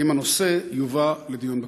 4. האם הנושא יובא לדיון בכנסת?